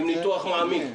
עם ניתוח מעמיק.